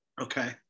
Okay